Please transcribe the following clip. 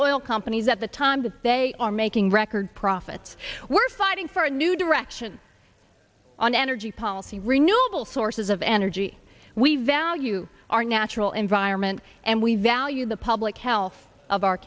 oil companies at the time that they are making record profits we're fighting for a new direction on energy policy renewable sources of energy we value our natural environment and we value the public health of our